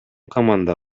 команда